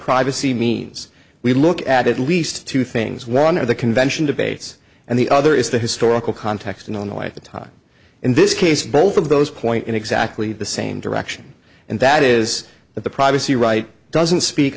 privacy means we look at least two things one of the convention debates and the other is the historical context and on the way the time in this case both of those point in exactly the same direction and that is that the privacy right doesn't speak